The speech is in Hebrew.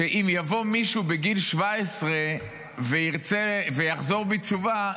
שאם יבוא מישהו בגיל 17 ויחזור בתשובה,